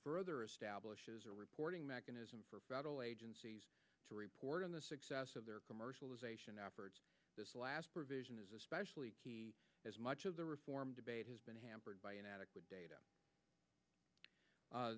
further establishes a reporting mechanism for federal agencies to report on the success of their commercialization efforts this last provision is especially as much of the reform debate has been hampered by inadequate data